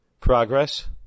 progress